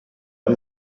i’m